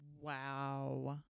Wow